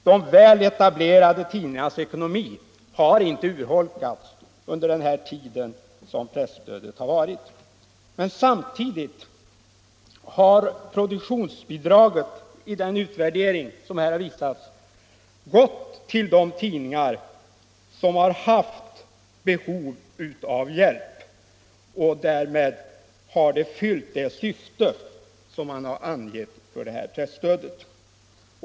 De väl etablerade tidningarnas ekonomi har inte urholkats under den tid som presstödet har funnits, men samtidigt har produktionsbidraget gått till de tidningar som har haft behov av hjälp. Därmed har det fyllt det syfte som angetts för pressstödet.